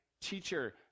Teacher